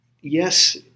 Yes